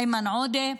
איימן עודה.